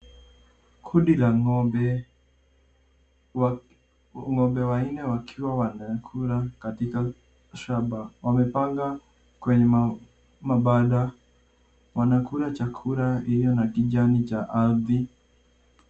Kundi la ng'ombe wanne wakiwa wanakula katika shamba. Wamepanga kwenye mabanda. Wanakula chakula iliyo na kijani cha ardhi.